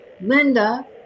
Linda